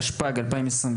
התשפ"ג 2022,